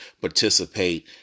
participate